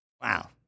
Wow